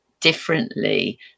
differently